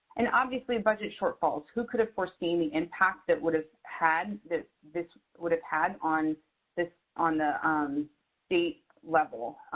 and obviously budget shortfalls. who could have foreseen the impact that would have had that this would have had on this, on the um state level,